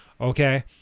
okay